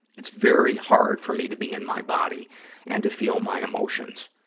it's very hard for me to be in my body and to feel my emotions.